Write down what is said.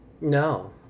No